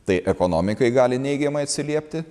tai ekonomikai gali neigiamai atsiliepti